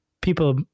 people